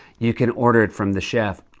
you can order it from the chef.